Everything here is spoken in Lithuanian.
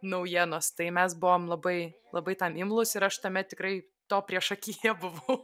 naujienos tai mes buvom labai labai tam imlūs ir aš tame tikrai to priešakyje buvau